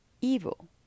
evil